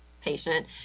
patient